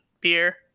beer